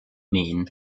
mean